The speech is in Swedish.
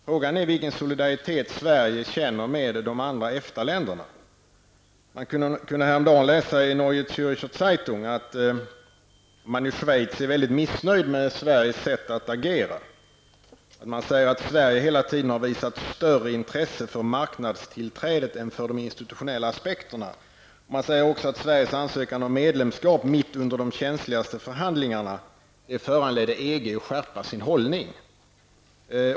Frågan är vilken solidaritet Sverige känner med de andra Det stod häromdagen att läsa i Neue Zürcher Zeitung att man i Schweiz är mycket missnöjd med Sveriges sätt att agera. Man säger att Sverige hela tiden har visat större intresse för marknadstillträdet än för de institutionella aspekterna. Man säger också att Sveriges ansökan om medlemskap mitt under de känsligaste förhandlingarna föranledde EG att skärpa sin hållning.